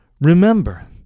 Remember